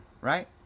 right